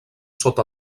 sota